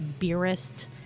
beerist